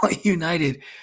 United